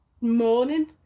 morning